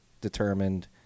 determined